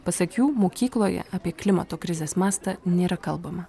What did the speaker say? pasak jų mokykloje apie klimato krizės mastą nėra kalbama